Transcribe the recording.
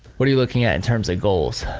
what are you looking at in terms of goals?